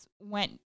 went